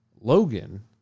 Logan